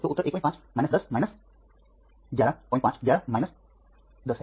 तो उत्तर 15 1 0 1 15 1 1 1 0 है